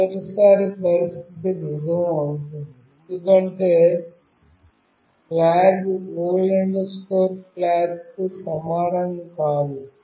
మొదటిసారి పరిస్థితి నిజం అవుతుంది ఎందుకంటే ఫ్లాగ్ old flag కు సమానం కాదు